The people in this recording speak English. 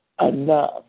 enough